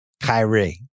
Kyrie